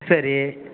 சரி